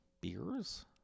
beers